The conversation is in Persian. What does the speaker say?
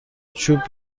چوب